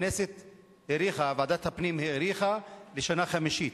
וועדת הפנים האריכה לשנה חמישית.